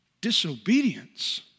disobedience